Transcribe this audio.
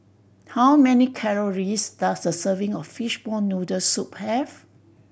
how many calories does a serving of fishball noodle soup have